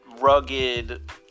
rugged